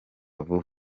vuba